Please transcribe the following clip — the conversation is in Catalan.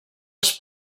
els